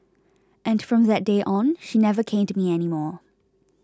and from that day on she never caned me anymore